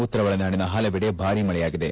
ಉತ್ತರ ಒಳನಾಡಿನ ಹಲವೆಡೆ ಭಾರೀ ಮಳೆಯಾಗಿದೆ